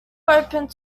opened